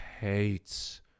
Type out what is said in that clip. hates